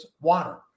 water